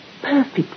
perfect